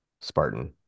Spartan